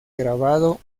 grabado